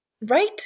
Right